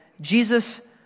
Jesus